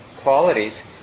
qualities